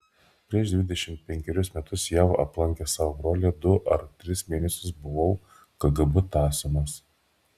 prieš dvidešimt penkerius metus jav aplankęs savo brolį du ar tris mėnesius buvau kgb tąsomas